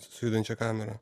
su judančia kamera